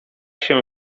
się